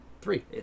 Three